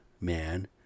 man